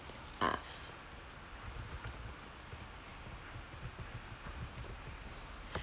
ah